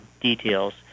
details